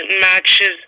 matches